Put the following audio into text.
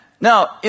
Now